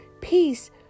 Peace